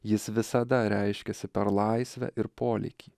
jis visada reiškiasi per laisvę ir polėkį